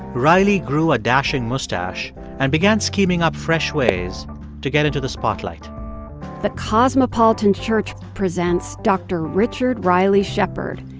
riley grew a dashing mustache and began scheming up fresh ways to get into the spotlight the cosmopolitan church presents dr. richard riley shepard,